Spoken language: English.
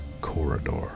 corridor